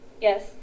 Yes